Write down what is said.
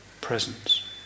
presence